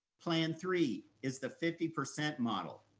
plan three is the fifty percent model.